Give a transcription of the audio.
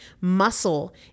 Muscle